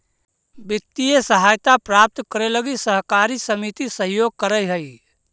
वित्तीय सहायता प्राप्त करे लगी सहकारी समिति सहयोग करऽ हइ